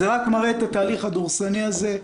זה רק מראה את התהליך הדורסני הזה,